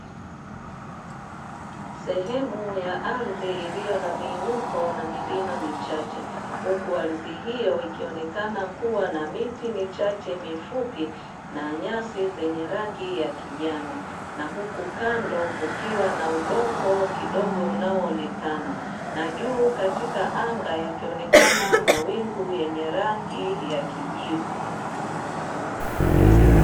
Sehemu ya ardhi iliyo na miinuko na milima michache, huku ardhi hiyo ikionekana kuwa na miti michache mifupi na nyasi zenye rangi ya kijani, na huku kando kukiwa na udongo kidogo unaoonekana, na juu katika anga yakionekana mawingu yenye rangi ya kijivu.